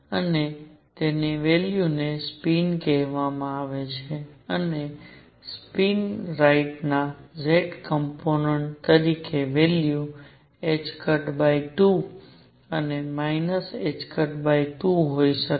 અને તેની વેલ્યુ ને સ્પિન કહેવામાં આવે છે અને તે સ્પિન રાઇટના z કોમ્પોનેન્ટસ તરીકે વેલ્યુ 2 અને ℏ2 હોઈ શકે છે